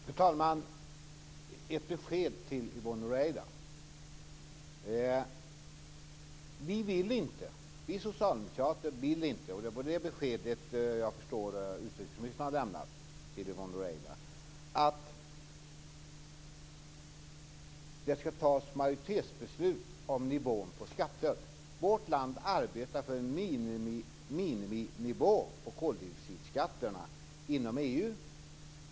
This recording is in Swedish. Fru talman! Jag har ett besked till Yvonne Ruwaida. Vi socialdemokrater vill inte - och jag förstår att det är det besked som utrikesministern har lämnat till Yvonne Ruwaida - att det ska fattas majoritetsbeslut om nivån på skatter. Vårt land arbetar för en miniminivå på koldioxidskatterna inom EU.